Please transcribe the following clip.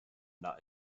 not